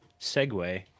segue